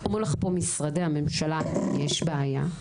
אומרים לך פה משרדי הממשלה - יש בעיה.